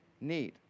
need